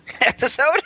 episode